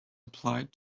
applied